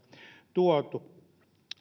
tuotu